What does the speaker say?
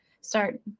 start